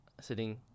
sitting